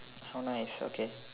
so nice okay